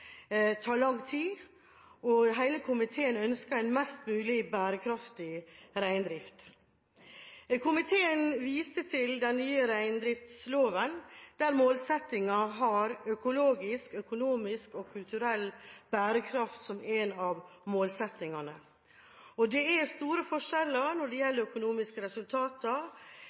tar lang tid, og hele komiteen ønsker en mest mulig bærekraftig reindrift. Komiteen viser til den nye reindriftsloven, som har økologisk, økonomisk og kulturell bærekraft som målsettinger. Det er store forskjeller når det gjelder økonomiske resultater